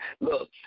Look